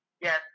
yes